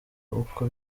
uko